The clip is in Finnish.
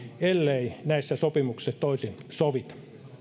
ellei näissä sopimuksissa toisin sovita